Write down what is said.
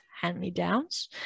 hand-me-downs